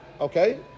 Okay